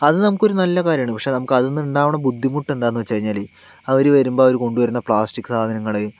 അത് നമുക്കൊരു നല്ല കാര്യമാണ് പക്ഷെ നമുക്ക് അതിൽനിന്ന് ഉണ്ടാകുന്ന ബുദ്ധിമുട്ട് എന്താന്ന് വെച്ചു കഴിഞ്ഞാല് അവര് വരുമ്പോൾ അവര് കൊണ്ടുവരുന്ന പ്ലാസ്റ്റിക് സാധനങ്ങള്